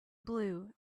blue